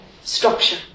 structure